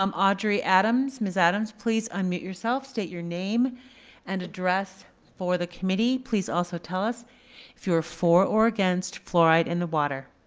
um audrey adams, ms. adams, please unmute yourself, state your name and address for the committee. please also tell us if you are for or against fluoride in the water.